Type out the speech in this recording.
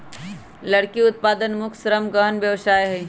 लकड़ी उत्पादन मुख्य श्रम गहन व्यवसाय हइ